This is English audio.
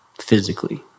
physically